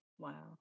Wow